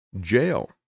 jail